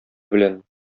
белән